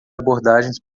abordagens